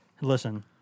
Listen